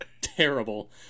terrible